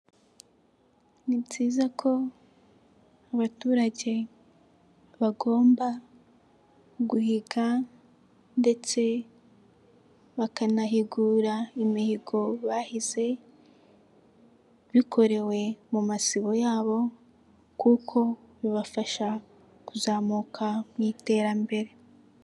Ni nziza ko abaturage bagomba guhiga ndetse bakanahigura imihigo bahize bikorewe mu Masibo yabo kuko bibafasha kuzamuka mu iterambere.